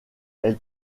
elle